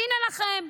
הינה לכם,